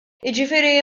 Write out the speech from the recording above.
jiġifieri